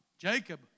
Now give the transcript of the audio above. Jacob